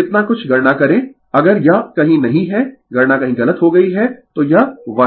कितना कुछ गणना करें अगर यह कहीं नहीं है गणना कहीं गलत हो गई है तो यह 1 है